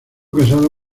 casado